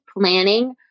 planning